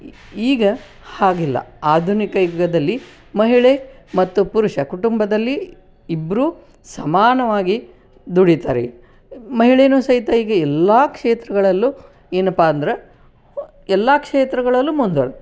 ಈಗ ಹಾಗಿಲ್ಲ ಆಧುನಿಕ ಯುಗದಲ್ಲಿ ಮಹಿಳೆ ಮತ್ತು ಪುರುಷ ಕುಟುಂಬದಲ್ಲಿ ಇಬ್ಬರೂ ಸಮಾನವಾಗಿ ದುಡೀತಾರೆ ಮಹಿಳೆಯೂ ಸಹಿತ ಈಗ ಎಲ್ಲ ಕ್ಷೇತ್ರಗಳಲ್ಲೂ ಏನಪ್ಪಾ ಅಂದ್ರೆ ಎಲ್ಲ ಕ್ಷೇತ್ರಗಳಲ್ಲೂ ಮುಂದ್ವರ್ದು